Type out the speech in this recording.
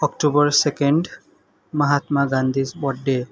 October second Mahatma Gandhi birthday